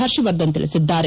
ಪರ್ಷವರ್ಧನ್ ತಿಳಿಸಿದ್ದಾರೆ